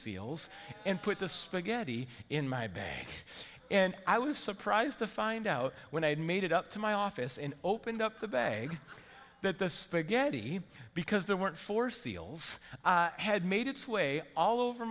seals and put the spaghetti in my bank and i was surprised to find out when i had made it up to my office and opened up the bag that the spaghetti because there weren't four seals had made its way all over